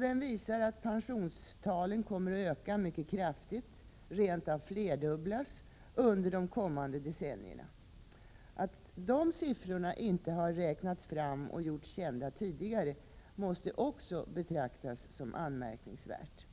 Den visar att pensionstalen kommer att öka mycket kraftigt — rent av flerdubblas — under de kommande decennierna. Att dessa siffror inte har räknats fram och gjorts kända tidigare måste också betraktas som anmärkningsvärt.